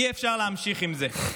אי-אפשר להמשיך עם זה.